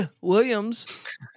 Williams